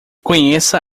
conheça